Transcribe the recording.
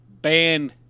Ban